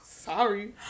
Sorry